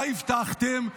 מה הבטחתם?